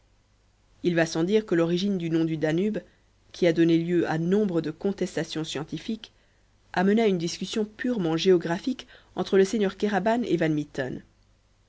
il va sans dire que l'origine du nom du danube qui a donné lieu à nombre de contestations scientifiques amena une discussion purement géographique entre le seigneur